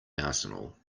arsenal